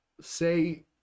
say